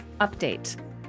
update